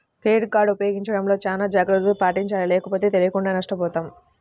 credit card ఉపయోగించడంలో చానా జాగర్తలను పాటించాలి లేకపోతే తెలియకుండానే నష్టపోతాం